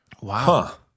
Wow